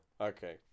Okay